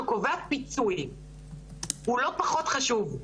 שקובע פיצוי והוא לא פחות חשוב.